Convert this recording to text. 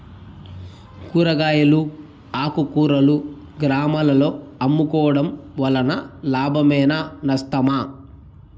కూరగాయలు ఆకుకూరలు గ్రామాలలో అమ్ముకోవడం వలన లాభమేనా నష్టమా?